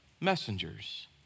messengers